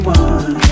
one